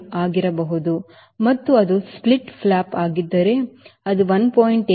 5 ಆಗಿರಬಹುದು ಮತ್ತು ಅದು ಸ್ಪ್ಲಿಟ್ ಫ್ಲಾಪ್ ಆಗಿದ್ದರೆ ಅದು 1